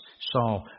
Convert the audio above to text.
saw